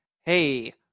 hey